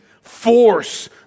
force